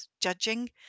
judging